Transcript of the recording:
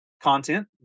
content